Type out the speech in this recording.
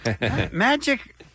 Magic